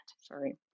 sorry